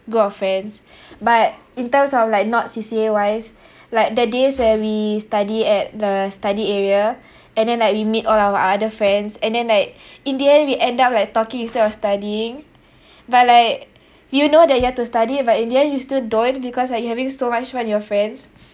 group of friends but in terms of like not C_C_A wise like the days where we study at the study area and then like we meet all our other friends and then like in the end we end up like talking instead of studying but like you know that you have to study but in the end you still don't because like you having so much fun with your friends